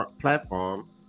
platform